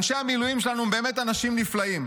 אנשי המילואים שלנו הם באמת אנשים נפלאים,